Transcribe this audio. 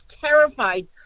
terrified